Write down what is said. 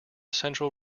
central